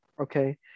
Okay